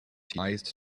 iced